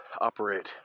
operate